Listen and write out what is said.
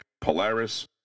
Polaris